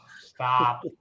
Stop